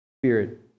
Spirit